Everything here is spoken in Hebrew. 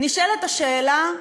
נשאלת השאלה,